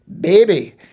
baby